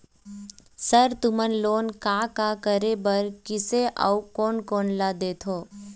Sir तुमन loan का का करें बर, किसे अउ कोन कोन ला देथों?